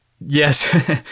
Yes